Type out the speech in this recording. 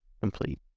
complete